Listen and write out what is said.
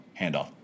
handoff